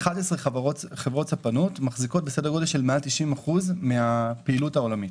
11 חברות ספנות מחזיקות בסדר גודל של מעל 90% מן הפעילות העולמית.